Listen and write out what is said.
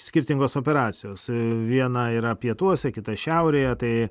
skirtingos operacijos viena yra pietuose kita šiaurėje tai